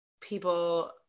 people